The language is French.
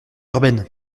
urbaine